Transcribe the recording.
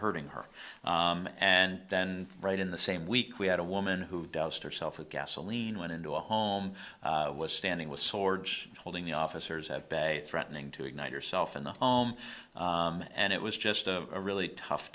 hurting her and then right in the same week we had a woman who doused her self with gasoline went into a home was standing with swords holding the officers at bay threatening to ignite herself in the home and it was just a really tough